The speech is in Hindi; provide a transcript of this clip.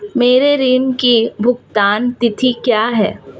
मेरे ऋण की भुगतान तिथि क्या है?